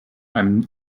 einem